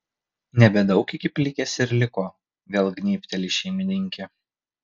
nebedaug iki plikės ir liko vėl gnybteli šeimininkė